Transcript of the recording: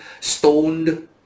stoned